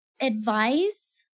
advice